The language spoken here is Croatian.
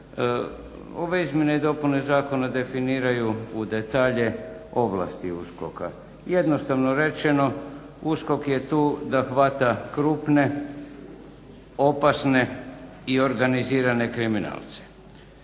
Ove izmjene i dopune zakona definiraju u detalje ovlasti USKOK-a. Jednostavno rečeno USKOK je tu da hvata krupne, opasne i organizirane kriminalce.